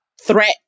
threat